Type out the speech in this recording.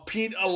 Pete